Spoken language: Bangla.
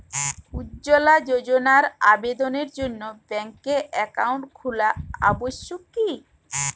উজ্জ্বলা যোজনার আবেদনের জন্য ব্যাঙ্কে অ্যাকাউন্ট খোলা আবশ্যক কি?